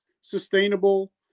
sustainable